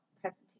presentation